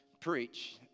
preach